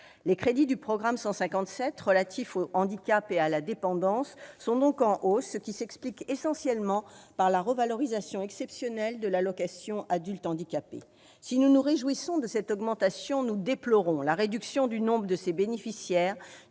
Les crédits du programme 157, « Handicap et dépendance », sont donc en hausse, ce qui s'explique essentiellement par la revalorisation exceptionnelle de l'allocation aux adultes handicapés. Si nous nous réjouissons de cette augmentation, nous déplorons la réduction du nombre de ses bénéficiaires,